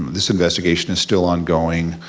this investigation is still ongoing,